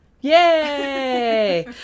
Yay